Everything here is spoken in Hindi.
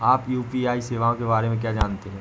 आप यू.पी.आई सेवाओं के बारे में क्या जानते हैं?